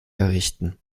errichten